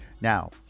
now